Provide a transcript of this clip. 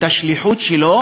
את השליחות שלו,